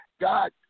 God